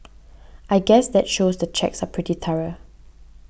I guess that shows the checks are pretty thorough